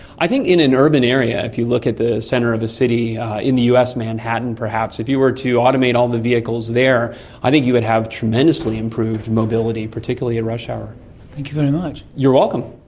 i think in an urban area if you look at the centre of a city in the us, manhattan perhaps, if you were to automate all the vehicles there i think you would have tremendously improved mobility, particularly in rush hour. thank you very much. you're welcome.